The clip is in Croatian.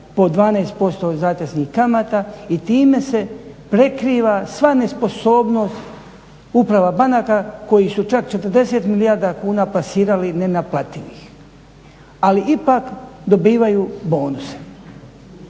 po 12% zateznih kamata i time se prekriva sva nesposobnost uprava banaka koji su čak 40 milijardi kuna plasirali nenaplativih. Ali, ipak dobivaju bonuse.